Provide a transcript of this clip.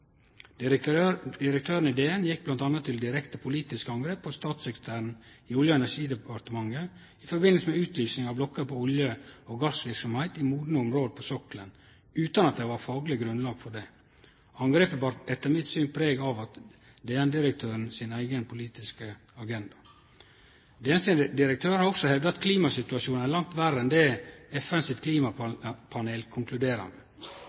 Direktøren i direktoratet gjekk m.a. til direkte politisk angrep på statssekretæren i Olje- og energidepartementet i samband med utlysing av blokker for olje- og gassverksemd i modne område av sokkelen, utan at det var eit fagleg grunnlag for det. Angrepet bar etter mitt syn preg av DN-direktøren sin eigen politiske agenda. Direktøren i direktoratet har også hevda at klimasituasjonen er langt verre enn det FNs klimapanel